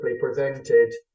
presented